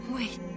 Wait